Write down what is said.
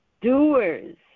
doers